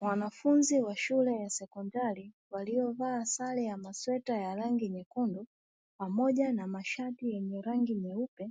Wanafunzi wa shule ya sekondari waliovaa sare ya masweta ya rangi nyekundu pamoja na mashati yenye rangi nyeupe,